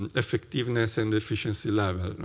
and effectiveness and efficiency level.